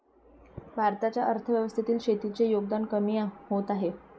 भारताच्या अर्थव्यवस्थेतील शेतीचे योगदान कमी होत आहे